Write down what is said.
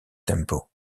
tempo